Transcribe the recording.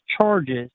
charges